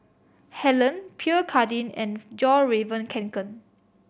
Helen Pierre Cardin and Fjallraven Kanken